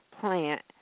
plant